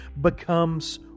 becomes